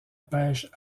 pêche